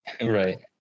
right